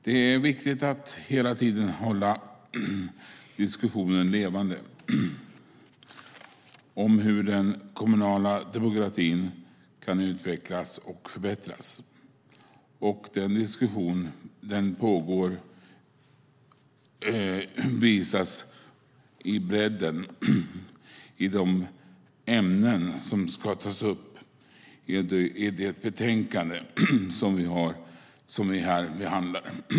Det är viktigt att hela tiden hålla diskussionen levande om hur den kommunala demokratin kan utvecklas och förbättras. Och att den diskussionen pågår visas av bredden i de ämnen som tas upp i det betänkande som vi här behandlar.